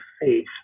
faith